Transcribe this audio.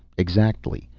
exactly.